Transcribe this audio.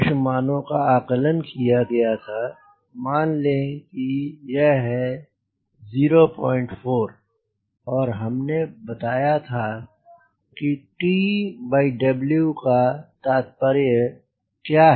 कुछ मानों का आकलन किया गया था मान लें की यह है 04 और हमने बताया था कि TW का क्या तात्पर्य है